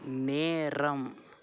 நேரம்